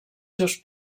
seus